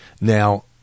Now